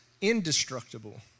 indestructible